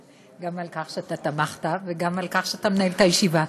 גם על כך שאתה תמכת וגם על כך שאתה מנהל את הישיבה.